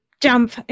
jump